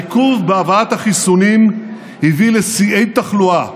העיכוב בהבאת החיסונים הביא לשיאי תחלואה,